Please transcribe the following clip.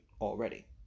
already